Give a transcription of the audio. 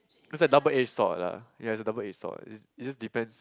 is like double edge sword lah ya is a double edge sword is is just depends